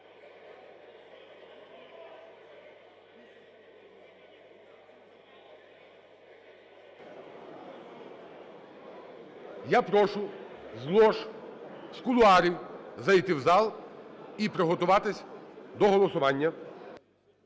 Я прошу з лож, з кулуарів зайти в зал і приготуватись до голосування.